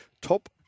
top